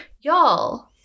Y'all